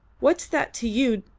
what's that to you,